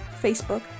Facebook